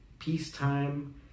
Peacetime